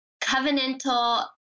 covenantal